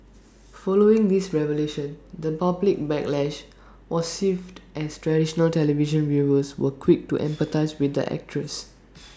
following these revelations the public backlash was swift as traditional television viewers were quick to empathise with the actress